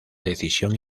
decisión